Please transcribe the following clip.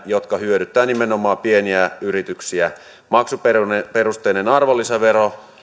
jotka hyödyttävät nimenomaan pieniä yrityksiä maksuperusteinen arvonlisävero